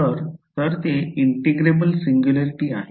तर तर ते इंटिग्रेबल सिंग्युलॅरिटी आहे